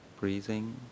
breathing